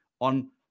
on